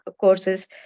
courses